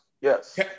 yes